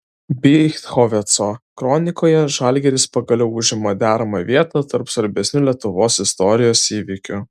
bychoveco kronikoje žalgiris pagaliau užima deramą vietą tarp svarbesnių lietuvos istorijos įvykių